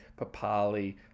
Papali